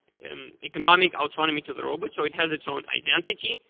and economic autonomy to the robot so it has its own identity,